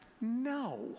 No